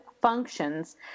functions